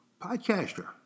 Podcaster